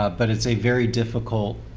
ah but it's a very difficult